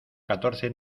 catorce